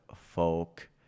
folk